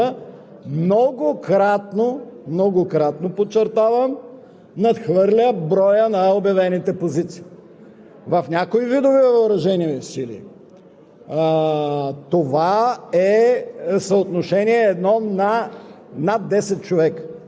от миналата година. Тя показва, че броят на кандидатстващите за кадрова военна служба многократно – многократно, подчертавам, надхвърля броя на обявените позиции.